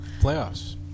Playoffs